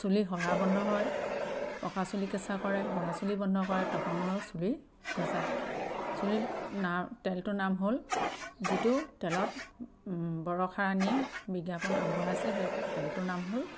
চুলি সৰা বন্ধ হয় পকা চুলি কেঁচা কৰে সৰা চুলি বন্ধ কৰে টপা মূৰাও চুলি গজায় চুলিৰ নাম তেলটোৰ নাম হ'ল যিটো তেলত বৰষাৰাণীয়ে বিজ্ঞাপন আগবঢ়াইছে সেই তেলটোৰ নাম হ'ল